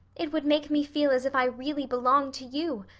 it would make me feel as if i really belonged to you.